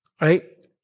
right